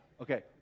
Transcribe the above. Okay